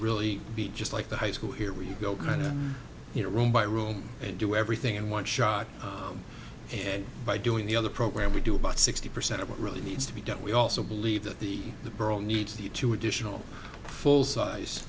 really be just like the high school here where you go kind of you know room by room and do everything in one shot and by doing the other program we do about sixty percent of what really needs to be done we also believe that the the barrel needs the two additional full size